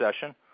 session